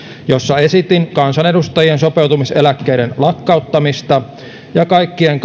jossa esitin kansanedustajien sopeutumiseläkkeiden lakkauttamista ja kaikkien